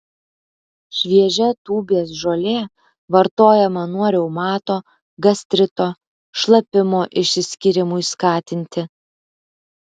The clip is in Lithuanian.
šviežia tūbės žolė vartojama nuo reumato gastrito šlapimo išsiskyrimui skatinti